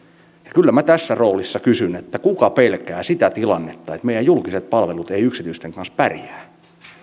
kyllä minä tässä roolissa kysyn kuka pelkää sitä tilannetta että meidän julkiset palvelut eivät yksityisten kanssa pärjää